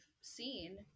seen